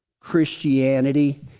Christianity